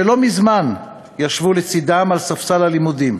שלא מזמן ישבו לצדם על ספסל הלימודים,